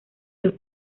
los